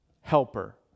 helper